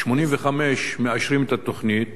ב-1985 מאשרים את התוכנית,